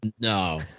No